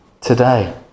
today